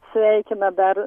sveikina dar